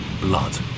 blood